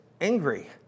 angry